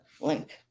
link